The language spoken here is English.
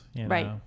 Right